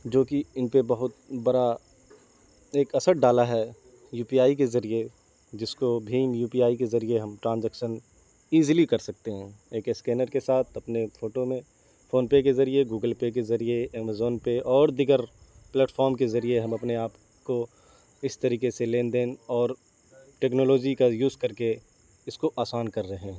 جو کہ ان پہ بہت بڑا ایک اثر ڈالا ہے یو پی آئی کے ذریعے جس کو بھیم یو پی آئی کے ذریعے ہم ٹرانزیکسن ایزیلی کر سکتے ہیں ایک اسکینر کے ساتھ اپنے فوٹو میں فونپے کے ذریعے گوگل پے کے ذریعے امازان پے اور دیگر پلیٹفارم کے ذریعے ہم اپنے آپ کو اس طریقے سے لین دین اور ٹیکنالوجی کا یوز کر کے اس کو آسان کر رہے ہیں